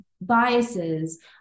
biases